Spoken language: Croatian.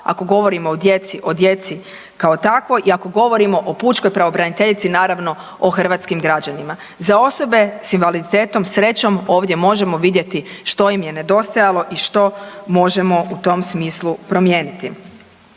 ako govorimo o djeci o djeci kao takvoj i ako govorimo o pučkoj pravobraniteljici naravno o hrvatskim građanima. Za osobe s invaliditetom srećom ovdje možemo vidjeti što im je nedostajalo i što možemo u tom smislu promijeniti.